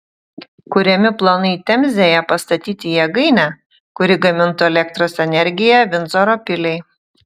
kuriami planai temzėje pastatyti jėgainę kuri gamintų elektros energiją vindzoro piliai